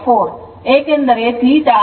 4 ಏಕೆಂದರೆ theta 52